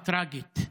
הטרגית.